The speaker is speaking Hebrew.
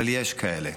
אבל יש כאלה